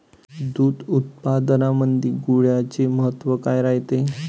दूध उत्पादनामंदी गुळाचे महत्व काय रायते?